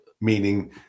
meaning